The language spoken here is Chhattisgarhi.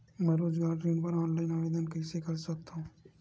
मैं रोजगार ऋण बर ऑनलाइन आवेदन कइसे कर सकथव?